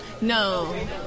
No